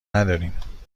نداریم